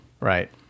Right